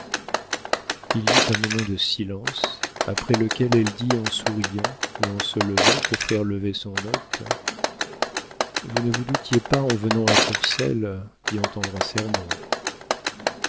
il y eut un moment de silence après lequel elle dit en souriant et en se levant pour faire lever son hôte vous ne vous doutiez pas en venant à courcelles d'y entendre un sermon